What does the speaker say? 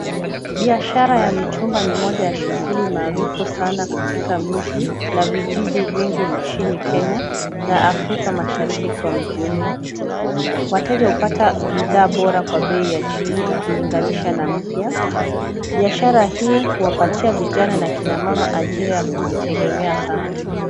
Biashara ya mitumba ni moja ya shughuli maarufu sana katika miji la vijiji vingi nchini Kenya na Africa mashariki kwa jumla. Wateja hupata bidhaa bora kwa bei ya chini kulinganishwa na upya, biashara hii huwapatia vijana na kina mama ajira ya kujitegemea sana.